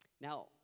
Now